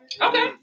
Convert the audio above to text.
Okay